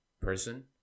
person